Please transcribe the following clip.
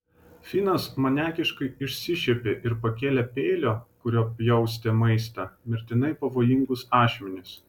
finas maniakiškai išsišiepė ir pakėlė peilio kuriuo pjaustė maistą mirtinai pavojingus ašmenis